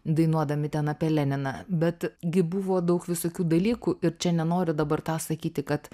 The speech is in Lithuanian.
dainuodami ten apie leniną bet gi buvo daug visokių dalykų ir čia nenoriu dabar tą sakyti kad